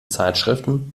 zeitschriften